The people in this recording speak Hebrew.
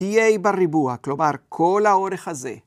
EA בריבוע, כלומר כל האורך הזה.